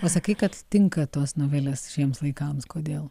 pasakai kad tinka tos novelės šiems laikams kodėl